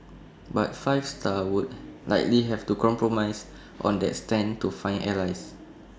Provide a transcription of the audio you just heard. but five star would likely have to compromise on that stand to find allies